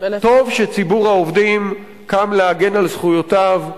טוב שציבור העובדים קם להגן על זכויותיו,